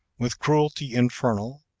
with cruelty infernal,